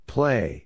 Play